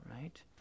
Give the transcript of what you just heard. right